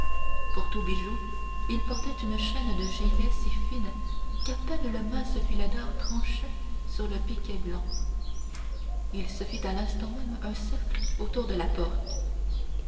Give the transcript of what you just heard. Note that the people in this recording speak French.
pour tout bijou il portait une chaîne de gilet si fine qu'à peine le mince filet d'or tranchait sur le piqué blanc il se fit à l'instant même un cercle autour de la porte